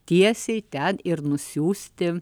tiesiai ten ir nusiųsti